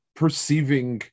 perceiving